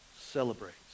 celebrates